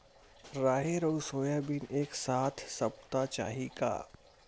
राहेर अउ सोयाबीन एक साथ सप्ता चाही का?